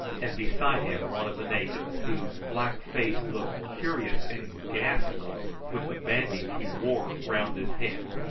and beside him one of the natives, whose black face looked curious and ghastly with the bandage he wore round his head,